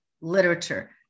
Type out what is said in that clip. literature